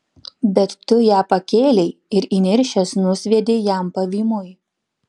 bet tu ją pakėlei ir įniršęs nusviedei jam pavymui